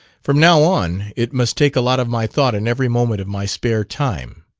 from now on, it must take a lot of my thought and every moment of my spare time.